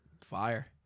Fire